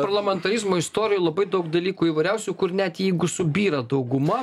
parlamantarizmo istorijoj labai daug dalykų įvairiausių kur net jeigu subyra dauguma